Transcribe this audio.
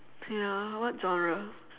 ya what genre